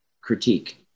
critique